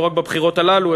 לא רק בבחירות הללו,